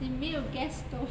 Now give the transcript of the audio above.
你没有 gas stove